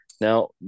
now